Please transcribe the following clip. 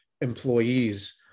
employees